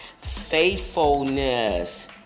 faithfulness